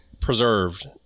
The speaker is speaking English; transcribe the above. preserved